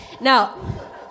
Now